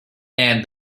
and